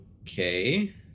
Okay